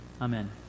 Amen